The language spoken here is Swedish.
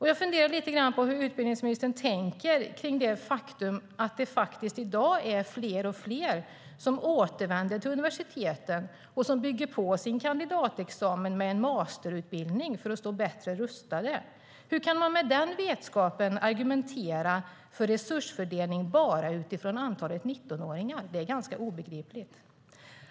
Jag funderar lite grann på hur utbildningsministern tänker om det faktum att allt fler i dag återvänder till universitetet och bygger på sin kandidatexamen med en masterutbildning för att stå bättre rustad. Hur kan man med den vetskapen argumentera för resursfördelning enbart utifrån antalet 19-åringar? Det är ganska obegripligt.